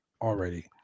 already